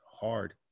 hard